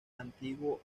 antiguo